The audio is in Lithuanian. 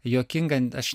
juokinga aš